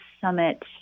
summit